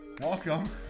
welcome